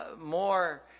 more